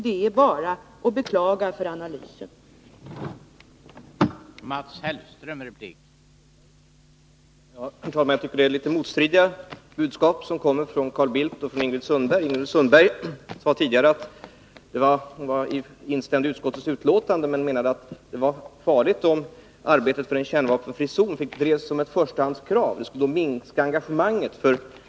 Det är bara att beklaga för analysens skull.